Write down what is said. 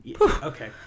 Okay